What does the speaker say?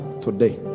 today